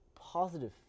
positive